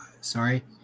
sorry